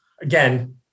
again